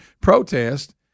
protest